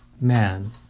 Man